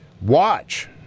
Watch